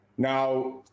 Now